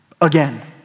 again